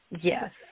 Yes